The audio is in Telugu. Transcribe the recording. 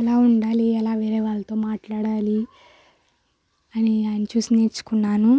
ఎలా ఉండాలి ఎలా వేరే వాళ్ళతో మాట్లాడాలి అని ఆయనను చూసి నేర్చుకున్నాను